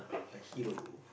a hero